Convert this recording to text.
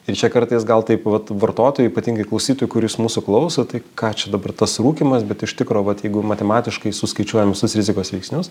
ir čia kartais gal taip vat vartotojų ypatingai klausytojų kur jūs mūsų klausot tai ką čia dabar tas rūkymas bet iš tikro vat jeigu matematiškai suskaičiuojam visus rizikos veiksnius